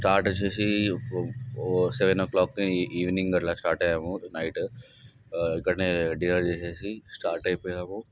start వచ్చి seven o'clock evening అట్లా start అయ్యాము నైట్ ఇక్కడనే డిన్నర్ చేసి స్టార్ట్ అయిపోయినాము